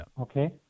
Okay